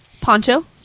Poncho